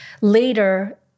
later